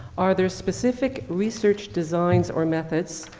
are there specific research designs or methods,